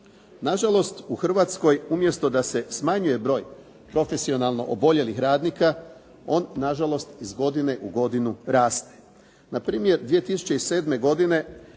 Nažalost, u Hrvatskoj umjesto da se smanjuje broj profesionalno oboljelih radnika on nažalost iz godine u godinu raste. Npr. 2007. godine